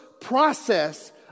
process